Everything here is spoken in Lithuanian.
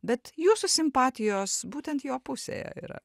bet jūsų simpatijos būtent jo pusėje yra